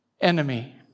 enemy